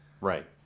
right